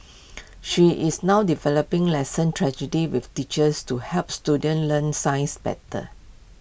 she is now developing lesson tragedies with teachers to help students learn science better